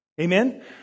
Amen